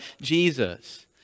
Jesus